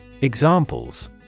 Examples